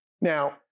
Now